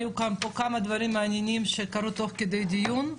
היו פה כמה דברים מעניינים שקרו תוך כדי דיון.